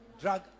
drug